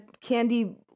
candy